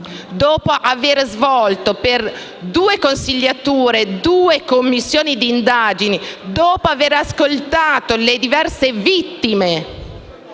dopo aver svolto per due consigliature due commissioni di indagine e dopo aver ascoltato le diverse vittime